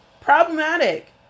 problematic